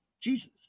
jesus